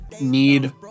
need